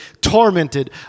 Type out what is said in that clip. tormented